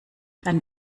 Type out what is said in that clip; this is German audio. dann